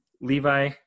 Levi